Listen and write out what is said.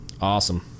Awesome